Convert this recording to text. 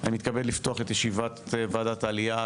אני מתכבד לפתוח את ישיבת ועדת העלייה,